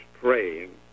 praying